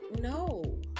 no